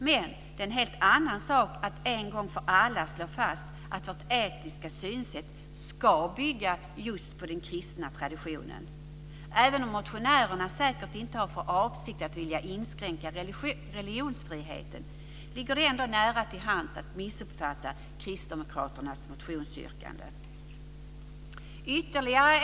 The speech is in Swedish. Men det är en helt annan sak att en gång för alla slå fast att vårt etiska synsätt ska bygga just på den kristna traditionen. Även om motionärerna säkert inte har för avsikt att vilja inskränka religionsfriheten, ligger det ändå nära till hands att missuppfatta Kristdemokraternas motionsyrkande.